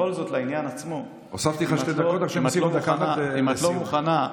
אבל בכל זאת, לעניין עצמו, אם את לא מוכנה,